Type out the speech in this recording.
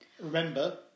Remember